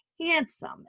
handsome